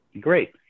great